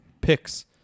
picks